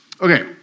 Okay